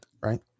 right